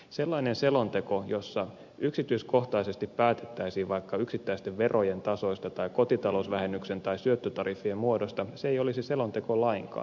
sellainen selonteko jossa yksityiskohtaisesti päätettäisiin vaikka yksittäisten verojen tasoista tai kotitalousvähennyksen tai syöttötariffien muodosta ei olisi selonteko lainkaan